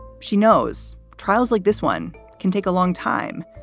she knows trials like this one can take a long time.